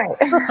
Right